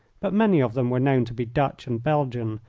but many of them were known to be dutch and belgian,